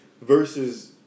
versus